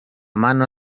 mano